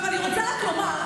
עכשיו אני רוצה רק לומר,